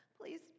Please